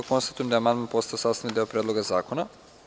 Konstatujem da je amandman postao sastavni deo Predloga zakona.